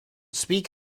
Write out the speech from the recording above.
speak